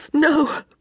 No